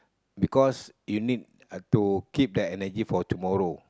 because you need uh to keep the energy for tomorrow